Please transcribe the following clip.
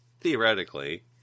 theoretically